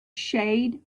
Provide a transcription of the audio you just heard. shade